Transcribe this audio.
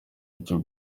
iryo